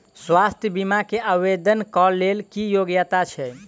स्वास्थ्य बीमा केँ आवेदन कऽ लेल की योग्यता छै?